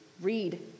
read